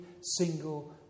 single